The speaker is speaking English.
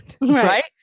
right